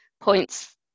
points